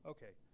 Okay